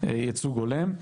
ייצוג הולם.